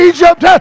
Egypt